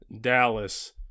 Dallas